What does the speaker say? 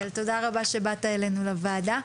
תודה רבה שבאת אלינו לוועדה.